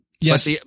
Yes